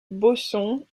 baudson